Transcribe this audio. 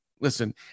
listen